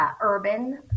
urban